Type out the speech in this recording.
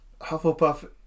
Hufflepuff